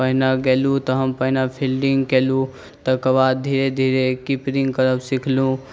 पहिने गेलहुॅं तऽ पहिने हम फीलडिंग कयलहुॅं तकर बाद धीरे धीरे कीपरिंग करब सिखलहुॅं